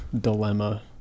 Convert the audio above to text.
dilemma